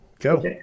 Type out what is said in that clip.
Go